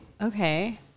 Okay